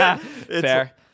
fair